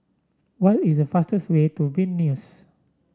what is the fastest way to Vilnius